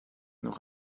nog